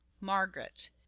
Margaret